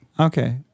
okay